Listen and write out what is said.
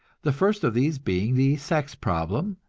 the first of these being the sex problem,